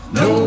no